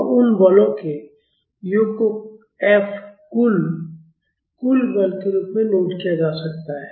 और उन बलों के योग को F कुल कुल बल के रूप में नोट किया जा सकता है